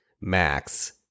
Max